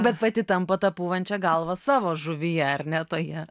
bet pati tampat ta pūvančia galva savo žuvyje ar ne toje